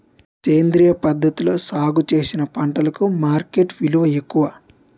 సేంద్రియ పద్ధతిలో సాగు చేసిన పంటలకు మార్కెట్ విలువ ఎక్కువ